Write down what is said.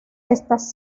estas